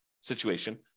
situation